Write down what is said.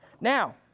Now